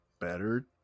better